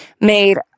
made